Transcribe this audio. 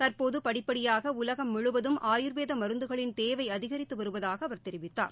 தற்போது படிப்படியாக உலகம் ழழுவதும் ஆயூர்வேத மருந்துகளின் தேவை அதிகித்து வருவதாக அவர் தெரிவித்தார்